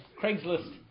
Craigslist